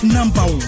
Number